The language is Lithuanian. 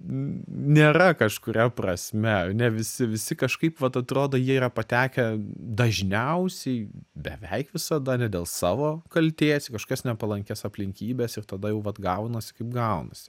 nėra kažkuria prasme ne visi visi kažkaip vat atrodo jie yra patekę dažniausiai beveik visada ne dėl savo kaltės į kažkokias nepalankias aplinkybes ir tada jau vat gaunasi kaip gaunasi